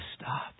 stop